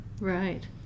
right